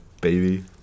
baby